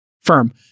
firm